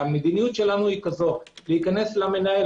המדיניות שלנו היא להיכנס למנהל.